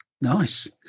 Nice